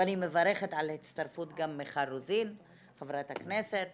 ואני מברכת על הצטרפות חברת הכנסת מיכל רוזין,